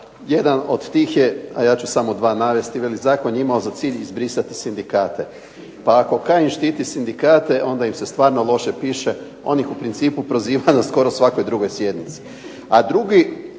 Jedan od tih je, a ja ću samo dva navesti. Veli zakon je imao za cilj izbrisati sindikate. Pa ako Kajin štiti sindikate onda im se stvarno loše piše. On ih u principu proziva na skoro svakoj drugoj sjednici,